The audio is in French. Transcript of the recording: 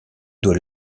doit